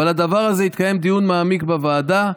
ועל הדבר הזה יתקיים דיון מעמיק בוועדה.